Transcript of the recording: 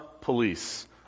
police